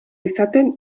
izaten